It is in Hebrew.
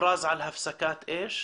הוכרזה הפסקת אש,